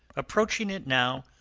approaching it now,